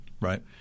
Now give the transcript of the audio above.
Right